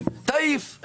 תעיף.